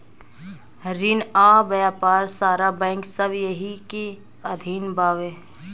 रिन आ व्यापार सारा बैंक सब एही के अधीन बावे